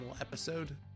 episode